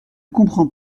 comprends